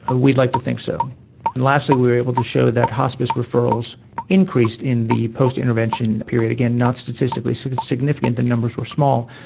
ah we'd like to think so. and lastly we were able to show that hospice referrals increased in the post-intervention period, again not statistically so significant, the numbers were small,